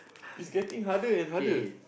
it's getting harder and harder